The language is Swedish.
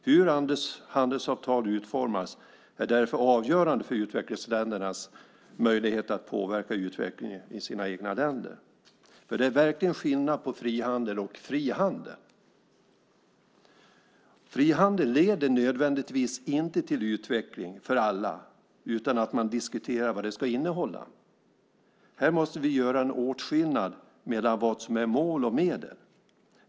Hur handelsavtal utformas är därför avgörande för utvecklingsländernas möjlighet att påverka utvecklingen i sina egna länder, för det är verkligen skillnad på frihandel och fri handel. Frihandel leder inte nödvändigtvis till utveckling för alla utan att man diskuterar vad den ska innehålla. Här måste vi göra en åtskillnad mellan vad som är mål och medel.